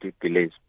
delays